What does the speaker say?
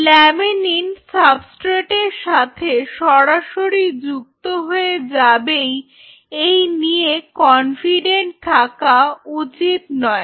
laminin substrate এর সাথে সরাসরি যুক্ত হয়ে যাবেই এই নিয়ে কনফিডেন্ট থাকা উচিত নয়